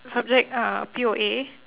subject uh P_O_A